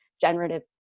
generative